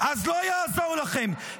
אז לא יעזור לכם,